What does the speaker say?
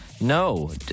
No